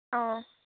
অঁ